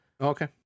Okay